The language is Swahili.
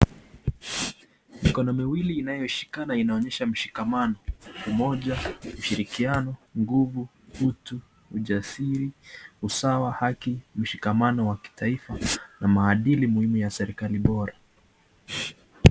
Mikono miwili inayoshikana inaonyesha mshikamano, umoja, ushirikiano, nguvu, utu, ujasiri, usawa, haki, ushikamano wa kitaifa na maadili muhimu ya serikali bora.